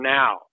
now